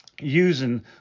using